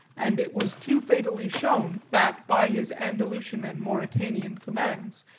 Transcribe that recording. and it was too fatally shown that, by his andalusian and mauritanian commands,